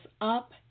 up